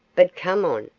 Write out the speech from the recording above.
but come on,